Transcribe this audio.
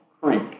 creek